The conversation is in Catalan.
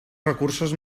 recursos